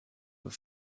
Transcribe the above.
were